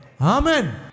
Amen